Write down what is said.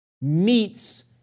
meets